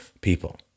people